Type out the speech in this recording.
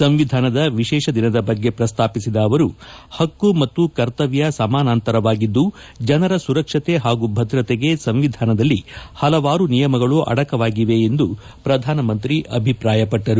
ಸಂವಿಧಾನದ ವಿಶೇಷ ದಿನದ ಬಗ್ಗೆ ಪ್ರಸ್ತಾಪಿಸಿದ ಅವರು ಪಕ್ಕು ಮತ್ತು ಕರ್ತವ್ಕ ಸಮಾನಾಂತರವಾಗಿದ್ದು ಜನರ ಸುರಕ್ಷತೆ ಹಾಗು ಭದ್ರತೆಗೆ ಸಂವಿಧಾನದಲ್ಲಿ ಹಲವಾರು ನಿಯಮಗಳು ಅಡಕವಾಗಿವೆ ಎಂದು ಪ್ರಧಾನಮಂತ್ರಿ ಅಭಿಪ್ರಾಯಪಟ್ಟರು